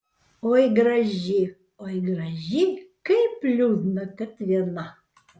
oi graži oi graži kaip liūdna kad viena